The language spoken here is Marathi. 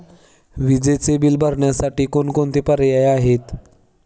विजेचे बिल भरण्यासाठी कोणकोणते पर्याय आहेत?